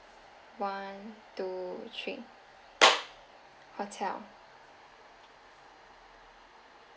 one two three hotel